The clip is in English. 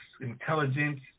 intelligence